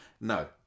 No